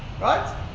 Right